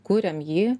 kuriam jį